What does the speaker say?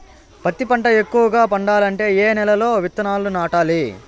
పత్తి పంట ఎక్కువగా పండాలంటే ఏ నెల లో విత్తనాలు నాటాలి?